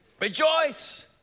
Rejoice